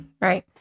Right